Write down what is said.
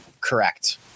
Correct